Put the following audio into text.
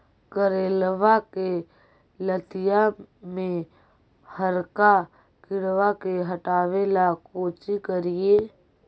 करेलबा के लतिया में हरका किड़बा के हटाबेला कोची करिए?